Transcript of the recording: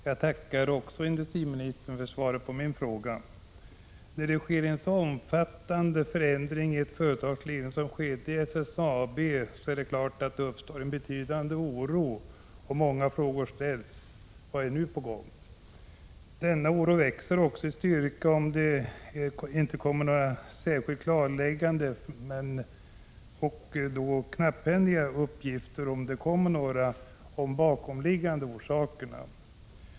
Fru talman! Också jag tackar industriministern för svaret på min fråga. När det sker en så omfattande förändring i ett företag som skett i SSAB är det klart att det uppstår en betydande oro. Många frågor ställs om vad som är på gång. Denna oro växer också i styrka om det inte kommer några klarläggande besked och om man mycket knapphändigt får uppgifter om de bakomliggande orsakerna.